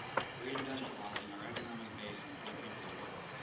reindustrializing our economic base and putting people to work.